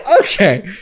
Okay